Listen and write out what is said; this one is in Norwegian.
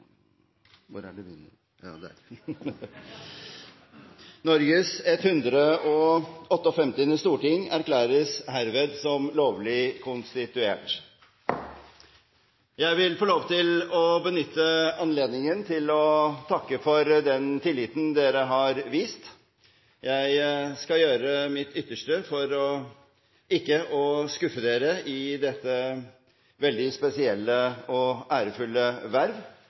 Norges 158. storting erklæres herved for lovlig konstituert. Jeg vil få lov til å benytte anledningen til å takke for den tilliten dere har vist. Jeg skal gjøre mitt ytterste for ikke å skuffe dere i dette veldig spesielle og ærefulle verv.